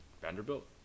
Vanderbilt